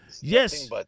Yes